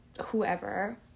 whoever